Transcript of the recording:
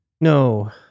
No